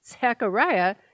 Zechariah